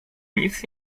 nic